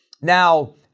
Now